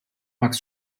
max